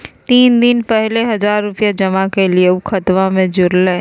तीन दिन पहले हजार रूपा जमा कैलिये, ऊ खतबा में जुरले?